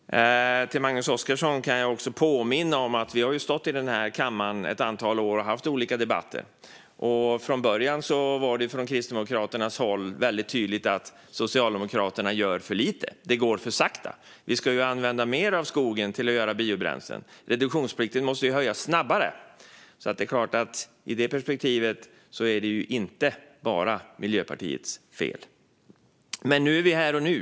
Magnus Oscarsson kan jag också påminna om att vi har stått i den här kammaren ett antal år och haft olika debatter. Från början var man från Kristdemokraterna väldigt tydliga om att Socialdemokraterna gjorde för lite och att det gick för sakta. Man ville använda mer av skogen till biobränslen, och därför ville man öka reduktionsplikten snabbare. I det perspektivet är det verkligen inte bara Miljöpartiets fel. Men detta handlar om här och nu.